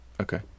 Okay